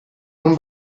non